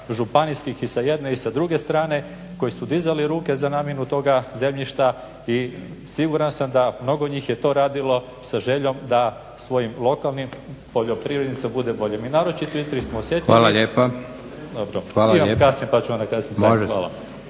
županijskih i sa jedne i sa druge strane, koji su dizali za namjenu toga zemljišta i siguran sam da mnogo njih je to radilo sa željom da svojim lokalnim poljoprivrednicima bude bolje. Mi naročito u Istri smo osjetljivi. Imam kasnije pa ću malo kasnije. Hvala.